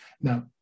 now